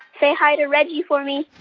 say hi to reggie for me